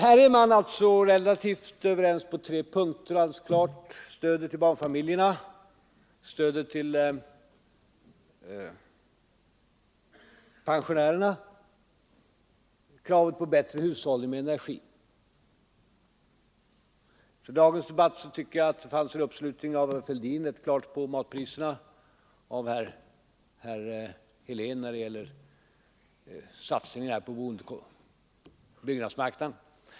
Här är man alltså relativt överens på tre punkter: stödet till barnfamiljerna, stödet till pensionärerna, kravet på bättre hushållning med energin. I dagens debatt tycker jag att det fanns en uppslutning av herr Fälldin i fråga om matpriserna och av herr Helén när det gäller satsningen på byggnadsmarknaden.